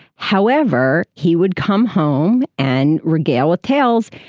however, he would come home and regale with tales.